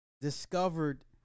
discovered